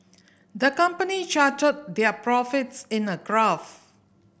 the company charted their profits in a graph